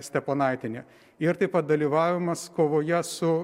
steponaitienė ir taip pat dalyvavimas kovoje su